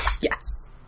Yes